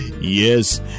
Yes